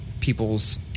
people's